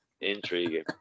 Intriguing